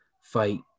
fight